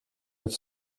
het